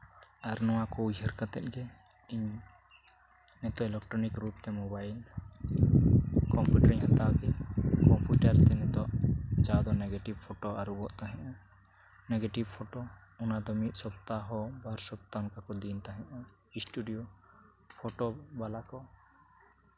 ᱟᱨ ᱱᱚᱣᱟ ᱠᱚ ᱩᱭᱦᱟᱹᱨ ᱠᱟᱛᱮᱫ ᱜᱮ ᱤᱧ ᱱᱤᱛᱚᱜ ᱤᱞᱮᱠᱴᱨᱚᱱᱤᱠ ᱨᱩᱯ ᱛᱮ ᱢᱳᱵᱟᱭᱤᱞ ᱠᱚᱢᱯᱤᱭᱩᱴᱟᱨ ᱤᱧ ᱦᱟᱛᱟᱣ ᱠᱮᱫᱟ ᱠᱚᱢᱚᱤᱭᱩᱴᱟᱨ ᱛᱮ ᱱᱤᱛᱚᱜ ᱡᱟᱦᱟᱸ ᱫᱚ ᱱᱮᱜᱮᱴᱤᱵᱷ ᱯᱷᱳᱴᱳ ᱟᱹᱨᱩᱵᱚᱜ ᱛᱟᱦᱮᱸᱼᱟ ᱱᱮᱜᱮᱴᱤᱵᱷ ᱯᱷᱳᱴᱳ ᱚᱱᱟᱫᱚ ᱢᱤᱫ ᱥᱚᱯᱛᱟᱦᱚ ᱵᱟᱨ ᱥᱚᱯᱛᱟᱦᱚᱸ ᱚᱱᱠᱟ ᱠᱚ ᱫᱤᱱ ᱛᱟᱦᱮᱸᱫᱼᱟ ᱥᱴᱩᱰᱤᱭᱳ ᱯᱷᱳᱴᱳ ᱵᱟᱞᱟ ᱠᱚ